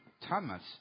Thomas